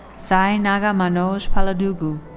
sai naga manoj paladugu,